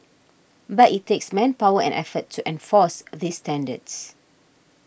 but it takes manpower and effort to enforce these standards